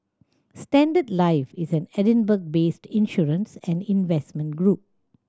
Standard Life is an Edinburgh based insurance and investment group